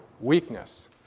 weakness